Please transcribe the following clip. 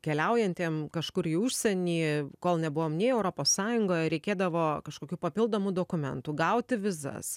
keliaujantiem kažkur į užsienį kol nebuvom nei europos sąjungoj reikėdavo kažkokių papildomų dokumentų gauti vizas